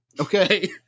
Okay